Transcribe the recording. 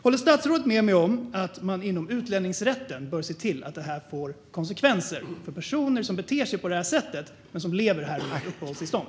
Håller statsrådet med mig om att man inom utlänningsrätten bör se till att detta får konsekvenser för personer som beter sig på det här sättet och som lever här med uppehållstillstånd?